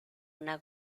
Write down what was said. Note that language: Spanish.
una